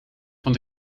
van